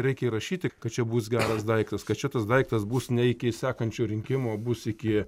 reikia įrašyti kad čia bus geras daiktas kad šitas daiktas bus ne iki sekančių rinkimų o bus iki